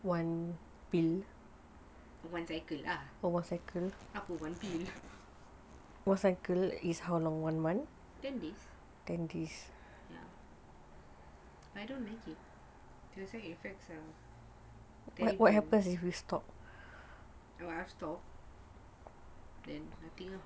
one cycle lah aku one pill ten days I don't like it the side effects are oh if I stop then but it's not wise to take pills